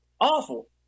awful